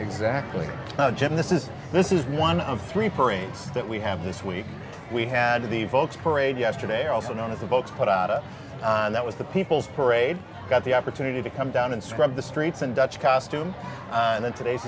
exactly jim this is this is one of three parades that we have this week we had the folks parade yesterday also known as the folks put out on that was the people's parade got the opportunity to come down and scrub the streets and dutch costume and in today's